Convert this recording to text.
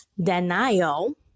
Denial